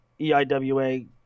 EIWA